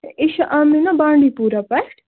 أسۍ چھِ آمِنا بانٛڈی پوٗراہ پٮ۪ٹھ